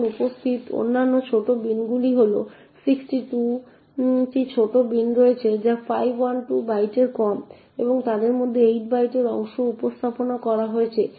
এখন উপস্থিত অন্যান্য ছোট বিনগুলি হল 62টি ছোট বিন রয়েছে যা 512 বাইটের কম এবং তাদের মধ্যে 8 বাইটের অংশ উপস্থাপন করা হয়েছে